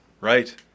Right